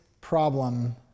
problem